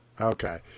Okay